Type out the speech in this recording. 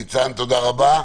ניצן, תודה רבה.